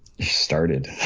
Started